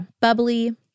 bubbly